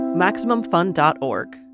MaximumFun.org